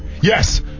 Yes